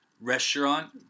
restaurant